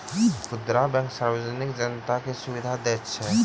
खुदरा बैंक सार्वजनिक जनता के सुविधा दैत अछि